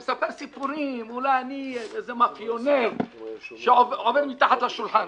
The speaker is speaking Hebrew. ומספר סיפורים שאולי אני איזה מפיונר שעובד מתחת לשולחן.